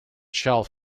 shelf